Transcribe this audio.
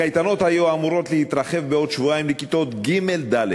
הקייטנות היו אמורות להתרחב בעוד שבועיים לכיתות ג'-ד',